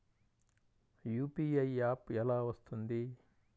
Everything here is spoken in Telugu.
యూ.పీ.ఐ యాప్ ఎలా వస్తుంది?